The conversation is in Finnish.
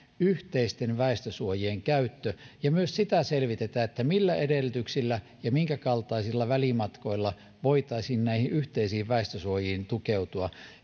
yhteisten väestönsuojien käyttö ja myös sitä selvitetään että millä edellytyksillä ja minkäkaltaisilla välimatkoilla voitaisiin näihin yhteisiin väestönsuojiin tukeutua